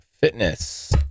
fitness